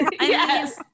yes